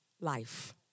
life